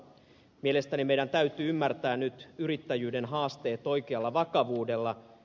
mielestäni meidän täytyy ymmärtää nyt yrittäjyyden haasteet oikealla vakavuudella